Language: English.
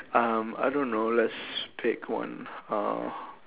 um I don't know let's pick one uh